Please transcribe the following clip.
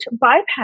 bypass